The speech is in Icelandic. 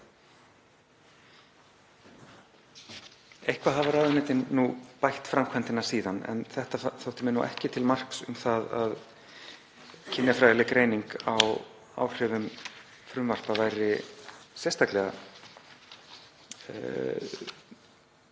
Eitthvað hafa ráðuneytin nú bætt framkvæmdina síðan, en þetta þótti mér ekki til marks um að kynjafræðileg greining á áhrifum frumvarpa byggði á sérstaklega